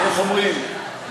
איך אומרים,